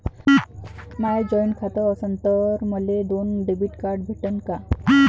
माय joint खातं असन तर मले दोन डेबिट कार्ड भेटन का?